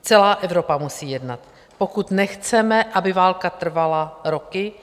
Celá Evropa musí jednat, pokud nechceme, aby válka trvala roky.